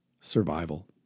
Survival